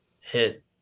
hit